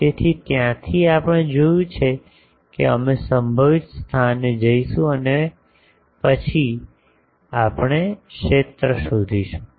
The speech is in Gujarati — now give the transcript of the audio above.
તેથી ત્યાંથી આપણે જોયું છે કે અમે સંભવિત સ્થાને જઈશું અને પછી આપણે ક્ષેત્ર શોધીશું